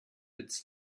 its